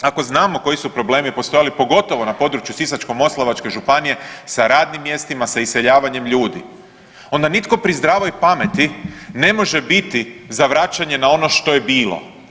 Ako znamo koji su problemi postojali, pogotovo na području Sisačko-moslavačke županije sa radnim mjestima i sa iseljavanjem ljudi onda nitko pri zdravoj pameti ne može biti za vraćanje na ono što je bilo.